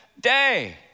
day